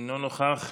אינו נוכח.